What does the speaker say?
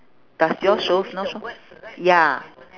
does yours show north shore ya